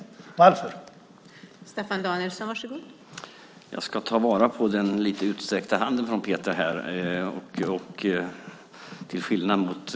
Varför?